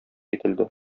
ителде